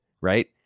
right